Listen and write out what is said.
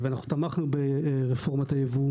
בכל הדיונים שהיו תמכנו ברפורמת הייבוא.